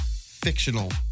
fictional